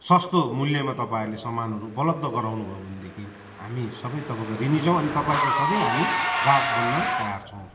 सस्तो मूल्यमा तपाईँहरूले सामानहरू उपलब्ध गराउनुभयो भनेदेखि हामी सबै तपाईँको ऋणी छौँ अनि तपाईँको सधैँ हामी ग्राहक बन्न तयार छौँ